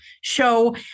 show